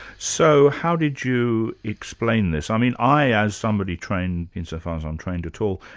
so how did you explain this? i mean, i as somebody trained, insofar as i'm trained at all,